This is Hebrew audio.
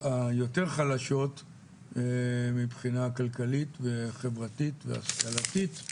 היותר חלשות מבחינה כלכלית וחברתית והשכלתית,